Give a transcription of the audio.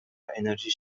انرژی